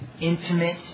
intimate